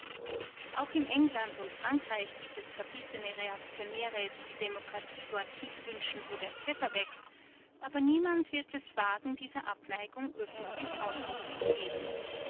auch in england und frankreich gibt es verbissene reaktionäre die die demokratie dorthin wünschen wo der pfeffer wächst aber niemand wird es wagen dieser abneigung öffentlich ausdruck zu geben